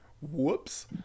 Whoops